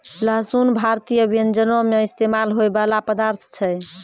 लहसुन भारतीय व्यंजनो मे इस्तेमाल होय बाला पदार्थ छै